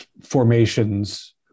formations